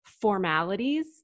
formalities